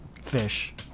fish